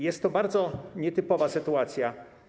Jest to bardzo nietypowa sytuacja.